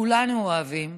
כולנו אוהבים.